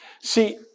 See